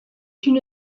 une